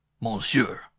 Monsieur